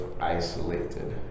isolated